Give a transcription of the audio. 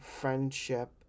friendship